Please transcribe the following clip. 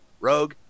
Rogue